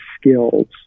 skills